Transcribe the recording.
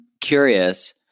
curious